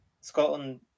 Scotland